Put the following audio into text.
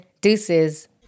Deuces